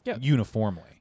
Uniformly